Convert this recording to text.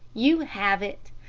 you have it.